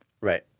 Right